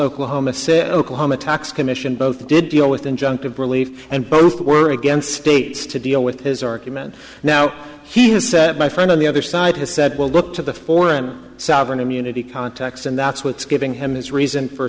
oklahoma city oklahoma tax commission both did deal with injunctive relief and both were against states to deal with his argument now he has said my friend on the other side has said well look to the foreign sovereign immunity contacts and that's what's giving him his reason for